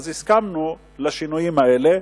הסכמנו לשינויים האלה.